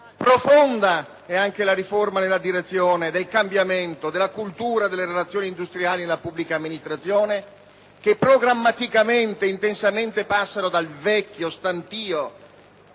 Profonda è anche la riforma nella direzione del cambiamento della cultura delle relazioni industriali nella pubblica amministrazione, che programmaticamente ed intensamente passano dal vecchio, stantio